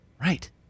Right